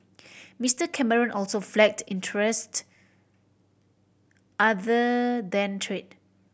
Mister Cameron also flagged interest other than trade